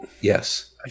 Yes